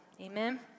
Amen